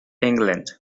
england